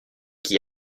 qui